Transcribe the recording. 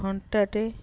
ଘଣ୍ଟାଟେ